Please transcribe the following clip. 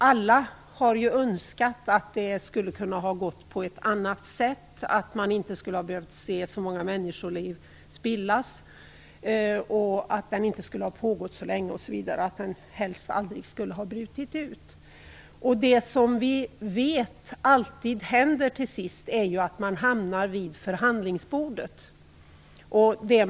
Alla har ju önskat att det kunde ha gått på ett annat sätt, att man inte skulle ha behövt se så många människoliv spillas, att den inte skulle ha pågått så länge och att den helst aldrig skulle ha brutit ut. Vi vet att man till sist alltid hamnar vid förhandlingsbordet.